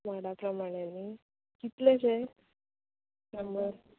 माडा प्रमाणे नी कितलें अशे शंबर